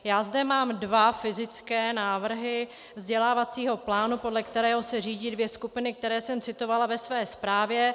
Mám zde dva fyzické návrhy vzdělávacího plánu, podle kterého se řídí dvě skupiny, které jsem citovala ve své zprávě.